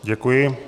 Děkuji.